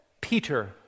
Peter